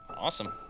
awesome